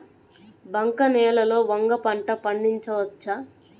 బంక నేలలో వంగ పంట పండించవచ్చా?